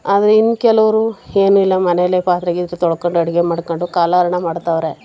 ಆದರೆ ಇನ್ನು ಕೆಲವರು ಏನಿಲ್ಲ ಮನೇಲೆ ಪಾತ್ರೆ ಗೀತ್ರೆ ತೊಳ್ಕೊಂಡು ಅಡುಗೆ ಮಾಡಿಕೊಂಡು ಕಾಲ ಹರಣ ಮಾಡ್ತವ್ರೆ